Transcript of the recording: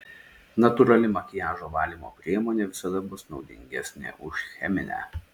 natūrali makiažo valymo priemonė visada bus naudingesnė už cheminę